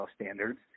standards